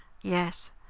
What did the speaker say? Yes